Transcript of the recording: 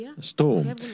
storm